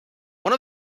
one